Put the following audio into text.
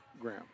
Graham